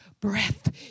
breath